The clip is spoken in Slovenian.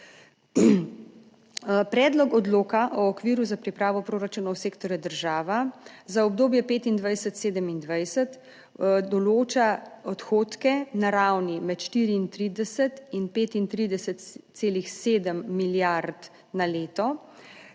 Predlog odloka o okviru za pripravo proračunov sektorja država za obdobje 2025-2027 določa odhodke na ravni med 34 in 35,7 milijard na leto